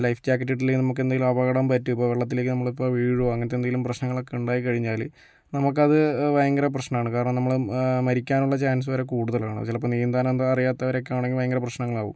life jacket ഇട്ടില്ലെങ്കിൽ നമുക്കെന്തെങ്കിലും അപകടം പറ്റും ഇപ്പോൾ വെള്ളത്തിലേക്ക് നമ്മളിപ്പോൾ വീഴുവോ അങ്ങനത്തെ എന്തെങ്കിലും പ്രശ്നങ്ങളൊക്കെ ഉണ്ടായി കഴിഞ്ഞാല് നമുക്കത് ഭയങ്കര പ്രശ്നാണ് കാരണം നമ്മള് മരിക്കാനുള്ള ചാൻസ് വരെ കൂടുതലാണ് ചിലപ്പം നീന്താനെന്താ അറിയാത്തവരൊക്കെ ആണങ്കിൽ ഭയങ്കര പ്രശ്നങ്ങളാവും